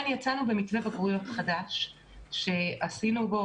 יצאנו במתווה בגרויות חדש שעשינו בו